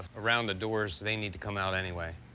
around the doors, they need to come out anyway,